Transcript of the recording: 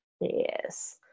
Yes